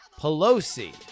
Pelosi